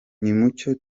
nimucyo